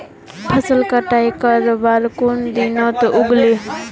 फसल कटाई करवार कुन दिनोत उगैहे?